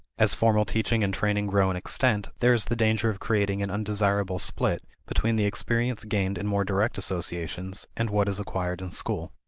as formal teaching and training grow in extent, there is the danger of creating an undesirable split between the experience gained in more direct associations and what is acquired in school.